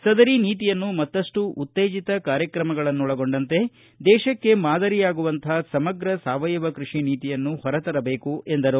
ಸದರಿ ನೀತಿಯನ್ನು ಮತ್ತಪ್ಪು ಉತ್ತೇಜಿತ ಕಾರ್ಯಕ್ರಮಗಳನ್ನೊಳಗೊಂಡಂತೆ ದೇಶಕ್ಕೆ ಮಾದರಿಯಾಗುವಂತಪ ಸಮಗ್ರ ಸಾವಯವ ಕೃಷಿ ನೀತಿಯನ್ನು ಹೊರತರಬೇಕು ಎಂದರು